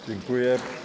Dziękuję.